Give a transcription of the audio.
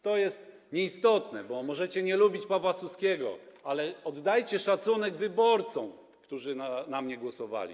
To jest nieistotne, bo możecie nie lubić Pawła Suskiego, ale oddajcie szacunek wyborcom, którzy na mnie głosowali.